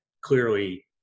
clearly